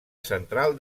central